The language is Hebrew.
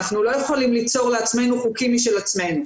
אנחנו לא יכולים ליצור לעצמנו חוקים משל עצמנו.